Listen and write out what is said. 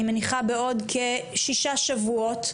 אני מניחה בעוד כשישה שבועות,